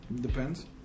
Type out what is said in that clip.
Depends